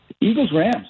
Eagles-Rams